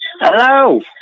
hello